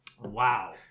wow